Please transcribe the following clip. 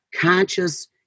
conscious